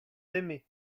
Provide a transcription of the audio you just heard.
aimés